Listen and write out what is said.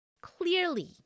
Clearly